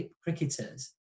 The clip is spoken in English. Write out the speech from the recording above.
cricketers